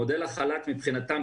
מודל החל"ת מבחינתם,